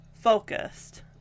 focused